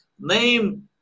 name